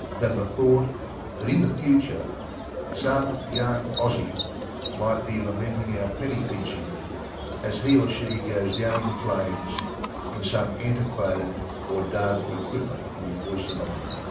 than the thought that in the future some young aussie might be lamenting our penny-pinching as he or she goes down in flames in some antiquated or dud equipment we foisted on them.